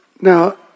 Now